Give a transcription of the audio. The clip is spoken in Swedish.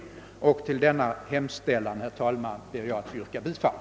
Till denna hemställan ber jag, herr talman, att få yrka bifall.